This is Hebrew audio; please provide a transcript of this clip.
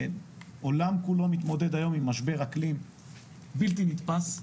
העולם כולו מתמודד היום עם משבר אקלים בלתי נתפס,